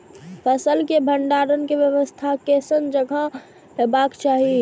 फसल के भंडारण के व्यवस्था केसन जगह हेबाक चाही?